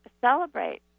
celebrate